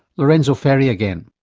lorenzo ferri again.